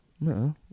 No